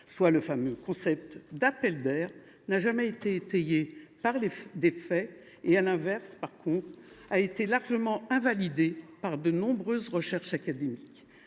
Or ce fameux concept d’« appel d’air » n’a jamais été étayé par aucun fait ; à l’inverse, il a été largement invalidé par de nombreuses recherches académiques.